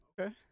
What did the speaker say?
Okay